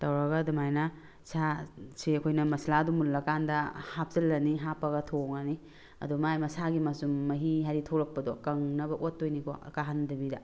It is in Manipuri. ꯇꯧꯔꯒ ꯑꯗꯨꯃꯥꯏꯅ ꯁꯥ ꯁꯦ ꯑꯩꯈꯣꯏꯅ ꯃꯁꯂꯥꯗꯣ ꯃꯨꯜꯂꯀꯥꯟꯗ ꯍꯥꯞꯆꯜꯂꯅꯤ ꯍꯥꯞꯄꯒ ꯊꯣꯡꯉꯅꯤ ꯑꯗꯨ ꯃꯥꯒꯤ ꯃꯁꯥꯒꯤ ꯃꯆꯨꯝ ꯃꯍꯤ ꯍꯥꯏꯕꯗꯤ ꯊꯣꯂꯛꯄꯗꯣ ꯀꯪꯅꯕ ꯑꯣꯠꯇꯣꯏꯅꯤꯀꯣ ꯀꯥꯍꯟꯗꯕꯤꯗ